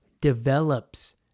develops